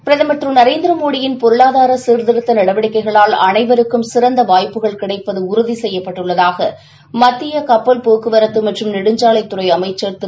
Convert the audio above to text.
பிரதமர் நரேந்திரமோடியின் பொருளாதார சீர்திருத்த நடவடிக்கைகளால் அனைவருக்கும் சிறந்த வாய்ப்புகள் கிடைப்பது உறுதி செய்யப்பட்டுள்ளதாக மத்திய கப்பல் போக்குவரத்து மற்றும் நெடுஞ்சாலைத்துறை அமைச்சர் திரு